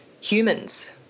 humans